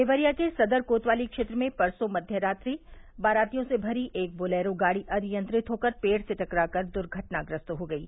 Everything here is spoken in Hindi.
देवरिया के सदर कोतवाली क्षेत्र में परसों मध्य रात्रि बारातियों से भरी एक बोलेरो गाड़ी अनियंत्रित होकर पेड़ से टकरा कर दुर्घटनाग्रस्त हो गयी